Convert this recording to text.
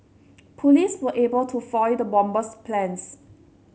police were able to foil the bomber's plans